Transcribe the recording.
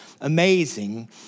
amazing